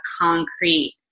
concrete